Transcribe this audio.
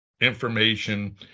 information